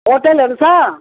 होटेलहरू छ